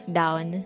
down